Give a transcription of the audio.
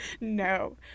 No